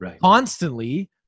constantly